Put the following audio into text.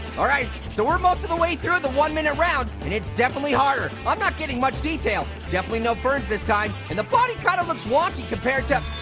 all right, so we're most of the way through the one-minute round and it's definitely harder. i'm not getting much detail. definitely no ferns this time, and the body kinda looks wonky compared to